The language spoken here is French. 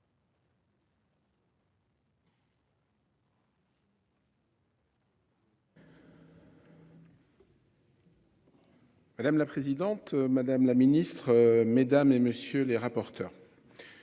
Madame la présidente, madame la ministre, mesdames et messieurs les rapporteurs.